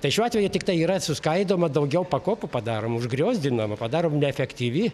tai šiuo atveju tiktai yra suskaidoma daugiau pakopų padaroma užgriozdinama padarom neefektyvi